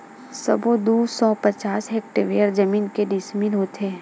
सबो दू सौ पचास हेक्टेयर जमीन के डिसमिल होथे?